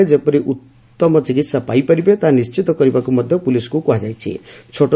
ଆହତ ଲୋକମାନେ ଯେପରି ଉତ୍ତମ ଚିକିତ୍ସା ପାଇପାରିବେ ତାହା ନିଶ୍ଚିତ କରିବାକୁ ମଧ୍ୟ ପୁଲିସକୁ କୁହାଯାଇଛି